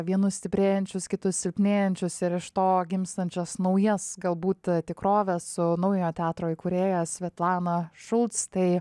vienus stiprėjančius kitus silpnėjančius ir iš to gimstančias naujas galbūt tikroves su naujojo teatro įkūrėja svetlana šulc tai